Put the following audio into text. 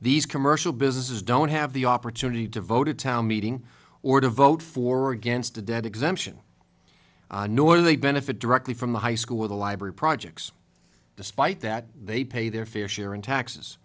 these commercial businesses don't have the opportunity devoted town meeting or to vote for or against a dead exemption nor do they benefit directly from the high school or the library projects despite that they pay their fair share in taxes